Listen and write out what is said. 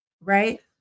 Right